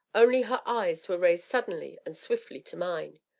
only her eyes were raised suddenly and swiftly to mine.